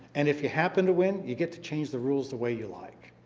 and if you happen to win, you get to change the rules the way you like.